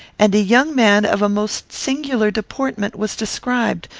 and a young man of most singular deportment was described.